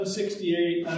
68